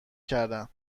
کردن